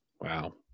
Wow